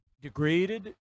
degraded